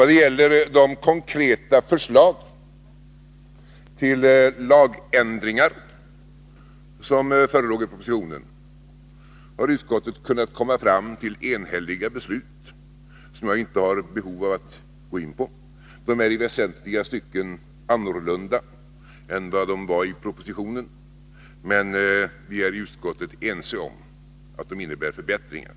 Vad gäller de konkreta förslag till lagändringar som förelåg i propositionen har utskottet kunnat komma fram till enhälliga beslut, som jag inte har behov av att gå in på. Våra förslag är i väsentliga stycken annorlunda än de var i propositionen, men vi är i utskottet ense om att de innebär förbättringar.